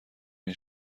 این